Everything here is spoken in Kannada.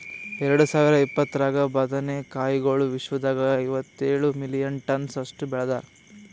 ಎರಡು ಸಾವಿರ ಇಪ್ಪತ್ತರಾಗ ಬದನೆ ಕಾಯಿಗೊಳ್ ವಿಶ್ವದಾಗ್ ಐವತ್ತೇಳು ಮಿಲಿಯನ್ ಟನ್ಸ್ ಅಷ್ಟು ಬೆಳದಾರ್